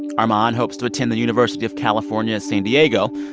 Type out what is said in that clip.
armon hopes to attend the university of california, san diego,